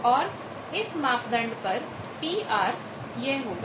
और इस मापदंड पर PR यह होगा